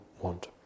want